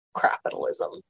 capitalism